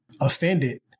offended